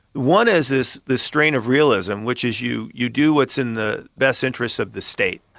one is this this strain of realism which is you you do what's in the best interest of the state.